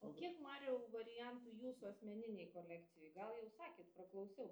o kiek mariau variantų jūsų asmeninėj kolekcijoj gal jau sakėt praklausiau